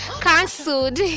cancelled